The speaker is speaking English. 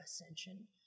ascension